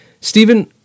Stephen